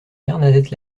bernadette